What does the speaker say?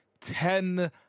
ten